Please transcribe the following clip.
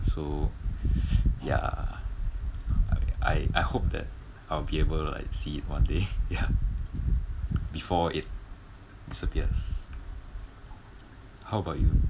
so ya I I I hope that I'll be able to like see it one day ya before it disappears how about you